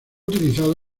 utilizado